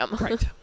Right